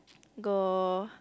go